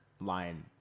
line